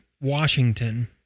Washington